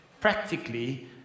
practically